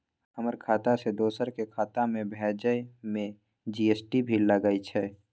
हमर खाता से दोसर के खाता में भेजै में जी.एस.टी भी लगैछे?